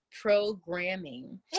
programming